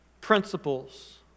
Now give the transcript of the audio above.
principles